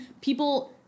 people